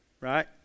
right